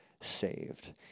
saved